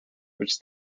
which